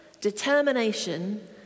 determination